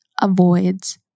avoids